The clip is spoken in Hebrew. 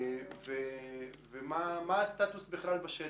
ומה הסטטוס בכלל בשטח?